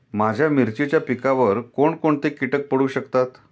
माझ्या मिरचीच्या पिकावर कोण कोणते कीटक पडू शकतात?